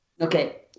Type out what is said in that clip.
Okay